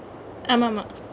ஆமா ஆமா:aamaa aamaa